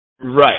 Right